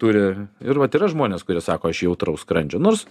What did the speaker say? turi ir vat yra žmonės kurie sako aš jautraus skrandžio nors